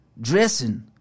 dressing